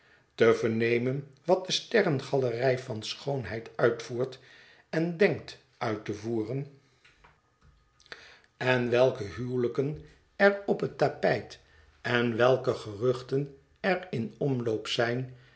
te vernemen wat de sterrengalerij van schoonheid uitvoert en denkt uit te voeren en welke huwelijken er op het tapijt en welke geruchten er in omloop zijn